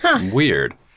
Weird